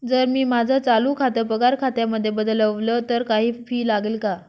जर मी माझं चालू खातं पगार खात्यामध्ये बदलवल, तर काही फी लागेल का?